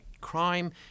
crime